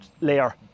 layer